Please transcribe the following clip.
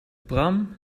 bram